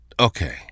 Okay